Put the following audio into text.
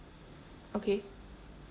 okay